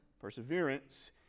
Perseverance